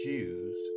Jews